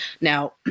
now